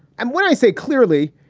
and when i say clearly,